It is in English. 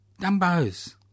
Dumbos